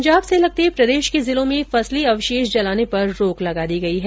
पंजाब से लगते प्रदेश के जिलों में फसली अवशेष जलाने पर रोक लगा दी गयी है